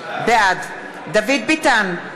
בעד דוד ביטן,